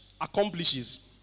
accomplishes